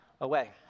away